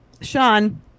Sean